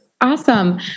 Awesome